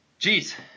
Jeez